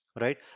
right